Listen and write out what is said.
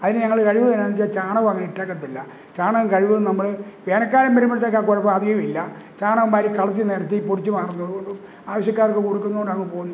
അതിന് ഞങ്ങള് കഴിയുന്നേനനുസരിച്ച് ചാണകമങ്ങനിട്ടേക്കത്തില്ല ചാണകം കഴിവതും നമ്മള് വേനക്കാലം വരുമ്പോഴത്തേക്കാ കുഴപ്പമധികമില്ല ചാണകം വാരി കളത്തില് നിരത്തി പൊടിച്ച് പാർന്നോളും ആവശ്യക്കാർക്ക് കൊടുക്കുന്നതിനാണത് പോന്നൊണ്ട്